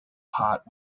hot